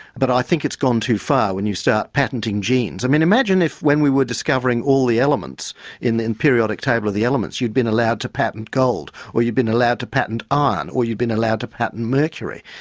but i think it's gone too far when you start patenting genes. i mean imagine if when we were discovering all the elements in the periodic table of the elements, you'd been allowed to patent gold, or you'd been allowed to patent iron, or you'd been allowed to patent mercury.